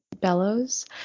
bellows